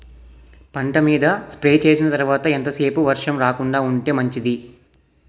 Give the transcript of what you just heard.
పంట మీద స్ప్రే చేసిన తర్వాత ఎంత సేపు వర్షం రాకుండ ఉంటే మంచిది?